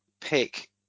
pick